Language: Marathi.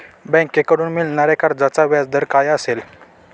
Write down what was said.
बँकेकडून मिळणाऱ्या कर्जाचा व्याजदर काय असेल?